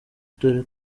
dore